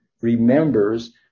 remembers